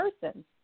person